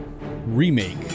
remake